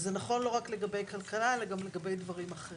זה נכון לא רק לגבי כלכלה, אלא גם דברים אחרים.